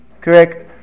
Correct